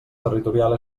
territorial